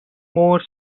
more